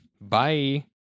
Bye